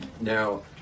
Now